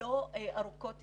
ולא ארוכות טווח,